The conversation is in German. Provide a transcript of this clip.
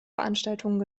veranstaltungen